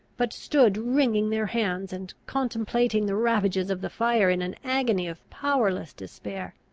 but stood wringing their hands, and contemplating the ravages of the fire in an agony of powerless despair.